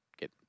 get